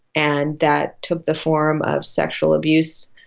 and that took the form of sexual abuse,